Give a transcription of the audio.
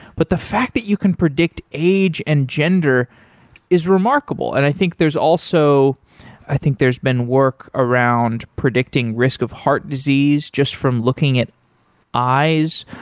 but the fact that you can predict age and gender is remarkable, and i think there's also i think there's been work around predicting risk of heart disease just from looking at eyes.